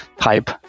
type